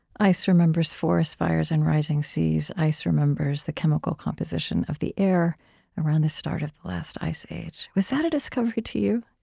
ice remembers forest fires and rising seas. ice remembers the chemical composition of the air around the start of the last ice age. was that a discovery to you?